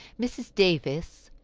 mrs. davis,